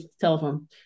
telephone